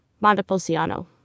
Montepulciano